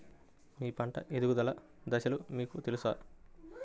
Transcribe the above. మీ పంట ఎదుగుదల దశలు మీకు తెలుసా?